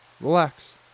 Relax